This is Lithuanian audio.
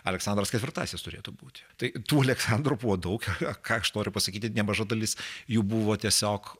aleksandras ketvirtasis turėtų būti tai tų aleksandrų buvo daug ką aš noriu pasakyti nemaža dalis jų buvo tiesiog